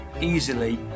Easily